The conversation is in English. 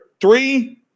Three